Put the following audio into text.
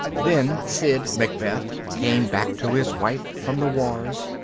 then sid-macbeth came back to his wife from the wars,